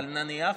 אבל נניח,